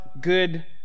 good